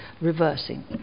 reversing